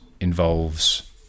involves